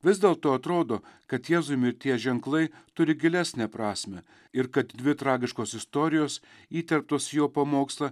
vis dėlto atrodo kad jėzui mirties ženklai turi gilesnę prasmę ir kad dvi tragiškos istorijos įterptos į jo pamokslą